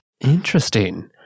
Interesting